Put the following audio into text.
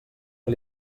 que